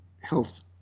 health